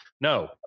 No